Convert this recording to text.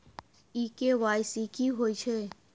इ के.वाई.सी की होय छै?